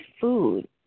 food